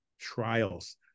trials